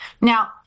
Now